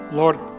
Lord